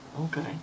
okay